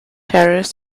harris